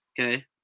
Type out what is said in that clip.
okay